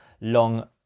long